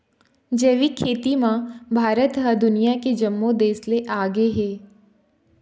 जैविक खेती म भारत ह दुनिया के जम्मो देस ले आगे हे